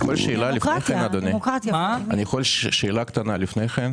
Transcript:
אפשר שאלה קטנה לפני כן?